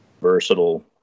versatile